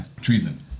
Treason